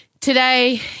Today